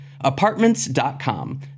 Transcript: Apartments.com